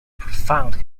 profound